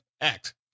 Act